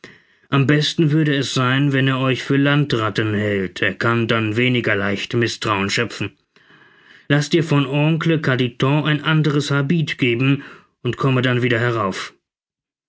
am besten würde es sein wenn er euch für landratten hält er kann dann weniger leicht mißtrauen schöpfen laß dir von oncle carditon ein anderes habit geben und komme dann wieder herauf